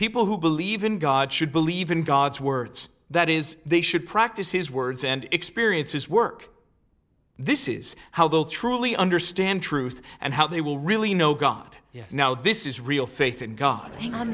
people who believe in god should believe in god's words that is they should practice his words and experience his work this is how they'll truly understand truth and how they will really know god yes now this is real faith in god